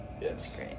Yes